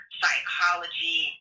psychology